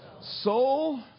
Soul